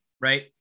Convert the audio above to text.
right